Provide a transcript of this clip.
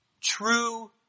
true